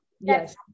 Yes